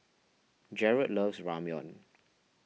Jarret loves Ramyeon